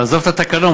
עזוב את התקנון,